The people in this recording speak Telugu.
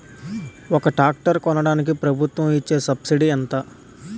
ఒక ట్రాక్టర్ కొనడానికి ప్రభుత్వం ఇచే సబ్సిడీ ఎంత?